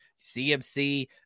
CMC